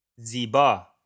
Ziba